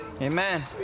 Amen